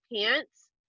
pants